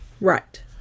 Right